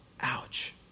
Ouch